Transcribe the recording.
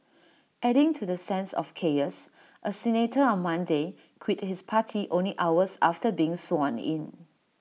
adding to the sense of chaos A senator on Monday quit his party only hours after being sworn in